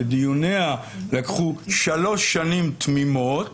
שדיוניה לקחו שלוש שנים תמימות